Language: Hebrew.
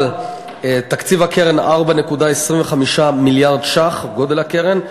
אבל תקציב הקרן, 4.25 מיליארד ש"ח, גודל הקרן.